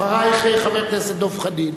אחרייך, חבר הכנסת דב חנין,